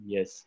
Yes